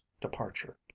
departure